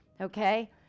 Okay